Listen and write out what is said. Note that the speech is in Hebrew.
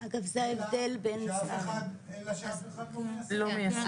אלא שאף אחד לא מיישם.